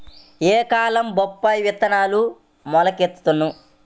ఏ కాలంలో బొప్పాయి విత్తనం మొలకెత్తును?